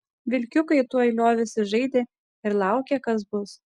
vilkiukai tuoj liovėsi žaidę ir laukė kas bus